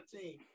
team